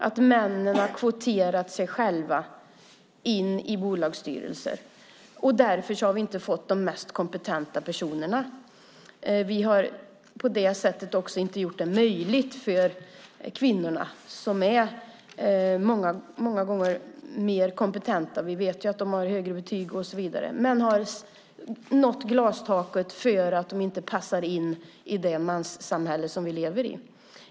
De har kvoterat sig själva in i bolagsstyrelserna. Därför har vi inte fått de mest kompetenta personerna. Vi har på det sättet inte heller gjort det möjligt för kvinnorna, som många gånger är mer kompetenta än männen. Vi vet att de har högre betyg och så vidare. Men de har nått glastaket därför att de inte passar in i det manssamhälle som vi lever i.